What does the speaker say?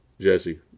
Jesse